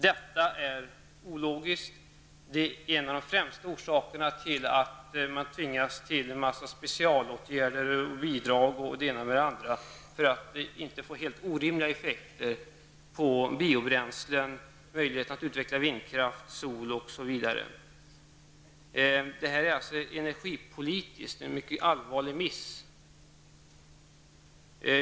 Det är ologiskt, och det är en av de främsta orsakerna till att man tvingas till en massa specialåtgärder, bidrag osv. för att det inte skall bli helt orimliga effekter på biobränslen, möjligheterna att utnyttja vind och solkraft osv. Det är energipolitiskt en mycket allvarlig miss.